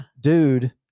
dude